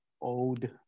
Old